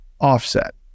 offset